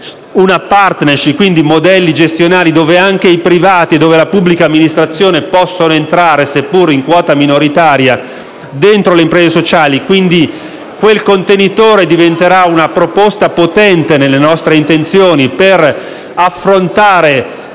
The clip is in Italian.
una*partnership*, e quindi modelli gestionali dove anche i privati e la pubblica amministrazione possono entrare, seppure in quota minoritaria, dentro le imprese sociali. Pertanto, quel contenitore diventerà una proposta potente, nelle nostre intenzioni, per affrontare